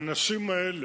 האנשים האלה,